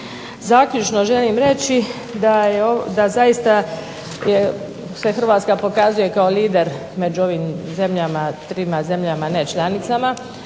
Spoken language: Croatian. Zaključno želim reći da zaista se Hrvatska pokazuje kao lider među ovim zemljama, trima zemljama ne članicama,